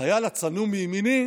החייל הצנום מימיני